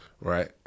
right